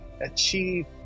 achieve